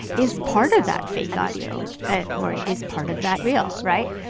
is part of that fake audio ah or is part of that real, right?